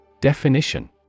Definition